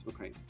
Okay